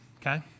okay